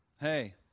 hey